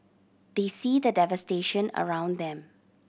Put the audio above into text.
they see the devastation around them